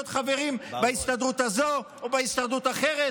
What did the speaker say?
חברים בהסתדרות הזו או בהסתדרות אחרת,